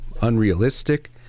unrealistic